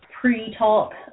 pre-talk